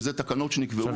וזה התקנות שנקבעו --- עכשיו,